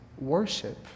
worship